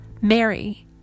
mary